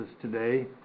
today